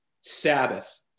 Sabbath